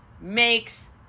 makes